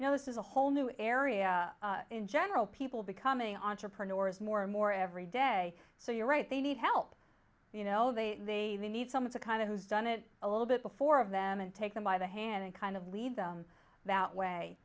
know this is a whole new area in general people becoming entrepreneurs more and more every day so you're right they need help you know they need someone to kind of who's done it a little bit before of them and take them by the hand and kind of lead them about way